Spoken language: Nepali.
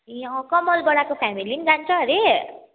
ए अँ कमल बडाको फ्यामिली पनि जान्छ अरे